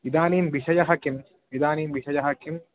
इदानीं विषयः किं इदानीं विषयः किं